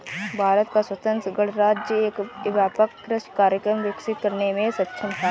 भारत का स्वतंत्र गणराज्य एक व्यापक कृषि कार्यक्रम विकसित करने में सक्षम था